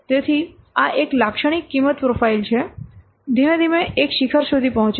તેથી આ એક લાક્ષણિક કિંમત પ્રોફાઇલ છે ધીમે ધીમે એક શિખર સુધી પહોચે